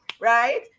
right